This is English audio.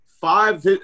five